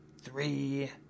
three